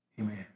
amen